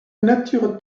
nature